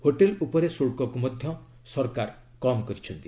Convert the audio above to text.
hotel ଉପରେ ଶୁଳ୍କକୁ ମଧ୍ୟ ସରକାର କମ୍ କରିଛନ୍ତି